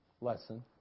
lesson